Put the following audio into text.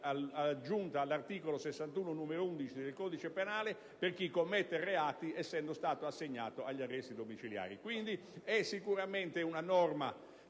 aggiunta all'articolo 61, comma 11, del codice penale per chi commette reati essendo stato assegnato agli arresti domiciliari. È sicuramente una norma